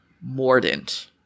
Mordant